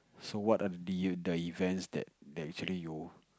so what are near the events that that actually you